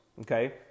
okay